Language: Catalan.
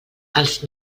els